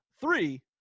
three